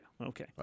Okay